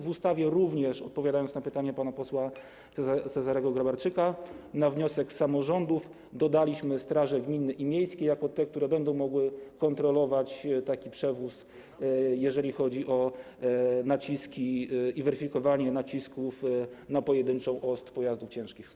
W ustawie również - odpowiadam na pytanie pana posła Cezarego Grabarczyka - na wniosek samorządów dodaliśmy straże gminne i miejskie jako te, które będą mogły kontrolować taki przewóz, jeżeli chodzi o naciski i weryfikowanie nacisków na pojedynczą oś pojazdów ciężkich.